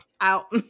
Out